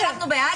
אנחנו בעד זה?